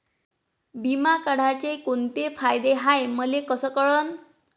बिमा काढाचे कोंते फायदे हाय मले कस कळन?